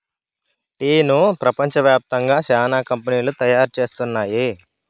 టీను ప్రపంచ వ్యాప్తంగా చానా కంపెనీలు తయారు చేస్తున్నాయి